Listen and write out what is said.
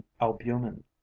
albumin